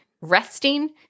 resting